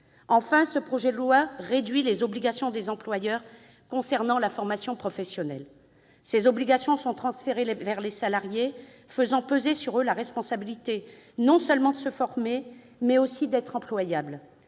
Enfin, ce projet de loi réduit les obligations des employeurs concernant la formation professionnelle. Ces obligations sont transférées vers les salariés, faisant peser sur eux la responsabilité non seulement de se former, mais aussi d'être employable.